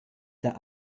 der